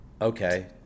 okay